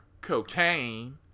cocaine